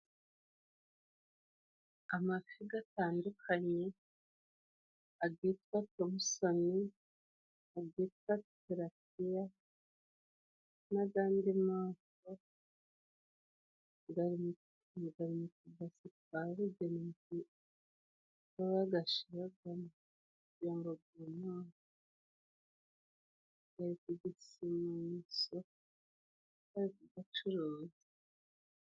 Amafi gatandukanye agitwa tomusoni, agitwa tilapiya n' agandi moko gari mu tu base twabugenewe ni mwo bagashiraga kugira ngo gumuke , gari kuri sima impandey' abacuruzi.